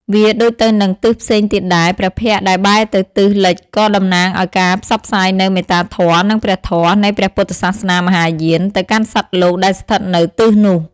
វាដូចទៅនឹងទិសផ្សេងទៀតដែរ ព្រះភ័ក្ត្រដែលបែរទៅទិសលិចក៏តំណាងឱ្យការផ្សព្វផ្សាយនូវ មេត្តាធម៌និងព្រះធម៌ នៃព្រះពុទ្ធសាសនាមហាយានទៅកាន់សត្វលោកដែលស្ថិតនៅទិសនោះ។